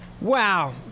Wow